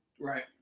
Right